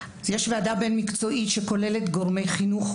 יש ועדה בין-מקצועית שכוללת גורמי חינוך,